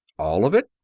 all of it?